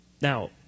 Now